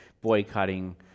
boycotting